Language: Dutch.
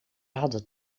hadden